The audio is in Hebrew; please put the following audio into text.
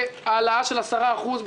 נודע לי שאתמול הייתה ישיבה במשרד ראש הממשלה,